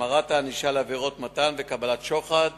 החמרת הענישה לעבירות מתן שוחד וקבלת שוחד